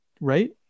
right